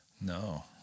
No